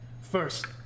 First